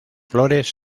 flores